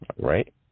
Right